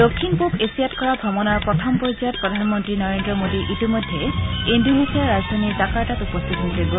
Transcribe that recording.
দক্ষিণ পূব এছিয়াত কৰা ভ্ৰমণৰ প্ৰথম পৰ্যায়ত প্ৰধানমন্ত্ৰী নৰেন্দ্ৰ মোদী কিছু সময়ৰ পাছতে ইণ্ডোনেছিয়াৰ ৰাজধানী জাকাৰ্টত উপস্থিত হ'ব